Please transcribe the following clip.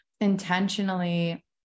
intentionally